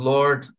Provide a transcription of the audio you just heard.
Lord